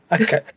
Okay